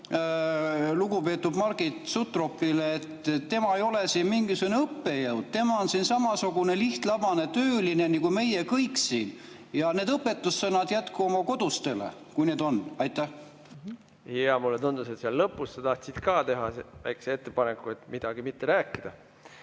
lugupeetud Margit Sutropile, et tema ei ole siin mingisugune õppejõud. Tema on siin samasugune lihtlabane tööline nagu meie kõik siin. Ja need õpetussõnad jätku oma kodustele, kui neid on. Jaa, mulle tundus, et seal lõpus sa tahtsid ka teha väikese ettepaneku, et [ei maksa] midagi mitte rääkida.